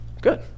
Good